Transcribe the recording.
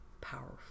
powerful